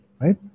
right